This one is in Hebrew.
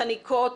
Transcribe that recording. חניקות,